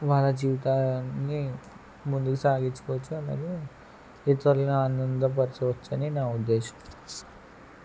వాళ్ల జీవితాలన్నీ ముందుకు సాగించుకోవచ్చు అలాగే ఇతరులను ఆనందపరచవచ్చని నా ఉద్దేశం